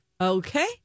Okay